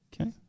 Okay